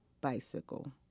bicycle